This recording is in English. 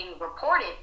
reported